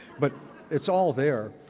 but it's all there.